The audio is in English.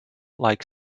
like